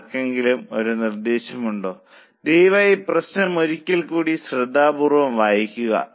ആർക്കെങ്കിലും ഒരു നിർദ്ദേശമുണ്ട് ദയവായി പ്രശ്നം ഒരിക്കൽ കൂടി ശ്രദ്ധാപൂർവ്വം വായിക്കുക